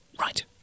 Right